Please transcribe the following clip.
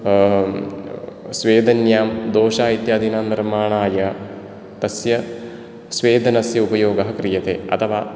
स्वेदन्यां दोशा इत्यादीनां निर्माणाय तस्य स्वेदनस्य उपयोगः क्रियते अथवा